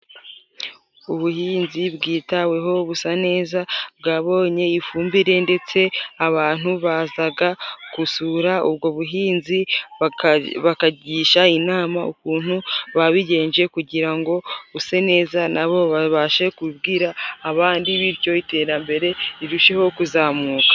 Ubuhinzi bwitaweho busa neza, bwabonye ifumbire ndetse abantu bazaga gusura ubwo buhinzi bakagisha inama ukuntu babigenje, kugira ngo buse neza nabo babashe kubwira abandi bityo iterambere rirusheho kuzamuka.